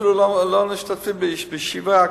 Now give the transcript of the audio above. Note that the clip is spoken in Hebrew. ואפילו לא משתתף בישיבה,